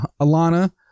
Alana